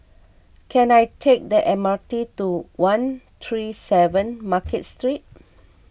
can I take the M R T to one three seven Market Street